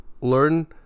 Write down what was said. learn